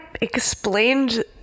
explained